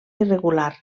irregular